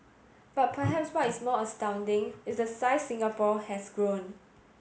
but perhaps what is more astounding is the size Singapore has grown